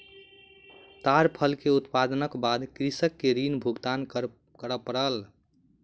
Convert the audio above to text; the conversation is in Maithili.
ताड़ फल के उत्पादनक बाद कृषक के ऋण भुगतान कर पड़ल